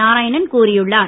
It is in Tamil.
நாராயண கூறியுள்ளார்